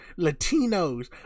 Latinos